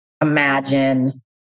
Imagine